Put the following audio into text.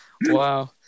Wow